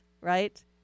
right